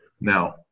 now